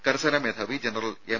കരസേനാ മേധാവി general M